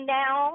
now